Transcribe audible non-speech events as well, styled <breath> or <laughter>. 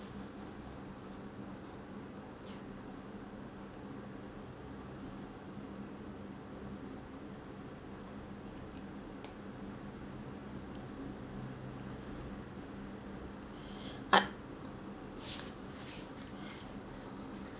<breath> art~